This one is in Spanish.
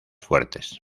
fuertes